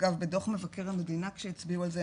אגב בדוח מבקר המדינה שהצביעו על זה,